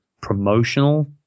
promotional